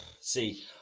See